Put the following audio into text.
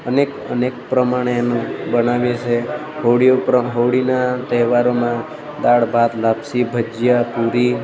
અનેક અનેક પ્રમાણે અમે બનાવીએ છીએ હોળી ઉપર હોળીના તહેવારોમાં દાળ ભાત લાપસી ભજીયા પૂરી